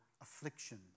affliction